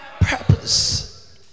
purpose